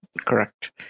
Correct